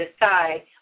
decide